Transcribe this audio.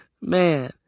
Man